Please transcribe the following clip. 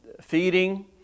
feeding